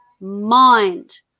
mind